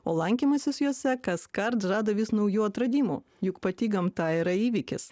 o lankymasis jose kaskart žada vis naujų atradimų juk pati gamta yra įvykis